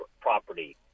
property